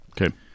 okay